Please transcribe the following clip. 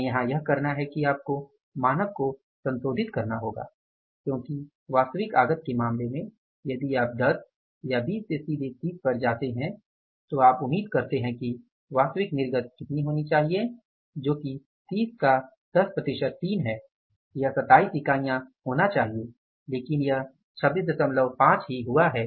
हमें यहां यह करना है कि आपको मानक को संशोधित करना होगा क्योंकि वास्तविक आगत के मामले में यदि आप 10 या 20 से सीधे 30 पर जाते हैं तो आप उम्मीद करते हैं कि वास्तविक निर्गत कितनी होनी चाहिए जो कि 30 का 10 3 है यह 27 इकाइयां होना चाहिए लेकिन यह 265 ही हुआ है